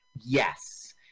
Yes